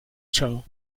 cho